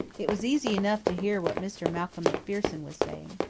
it was easy enough to hear what mr. malcolm macpherson was saying.